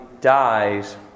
dies